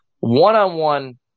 one-on-one